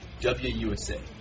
WUSA